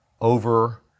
over